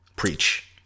preach